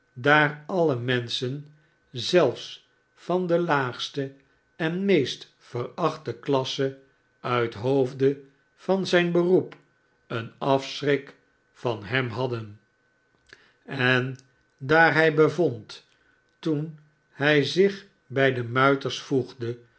daar alle menschen zelfs van de laagste en meest verachte klasse uit hoofde van zijn beroep een afschrik van hem liadden en daar hij bevond toen hij zich bijde muiters voegde